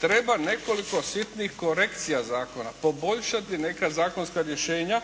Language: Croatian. treba nekoliko sitnih korekcija zakona, poboljšati neka zakonska rješenja